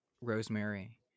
rosemary